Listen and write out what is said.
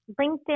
LinkedIn